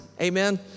Amen